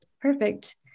Perfect